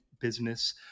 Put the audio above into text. business